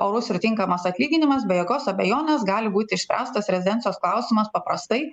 orus ir tinkamas atlyginimas be jokios abejonės gali būt išspręstas rezidencijos klausimas paprastai